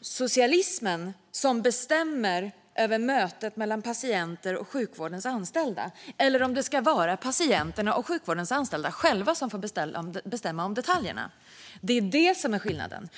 socialismen som bestämmer över mötet mellan patienter och sjukvårdens anställda eller om det ska vara patienterna och sjukvårdens anställda själva som får bestämma om detaljerna. Det är skillnaden.